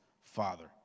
Father